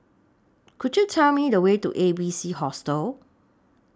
Could YOU Tell Me The Way to A B C Hostel